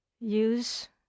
use